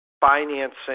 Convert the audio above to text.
financing